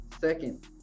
Second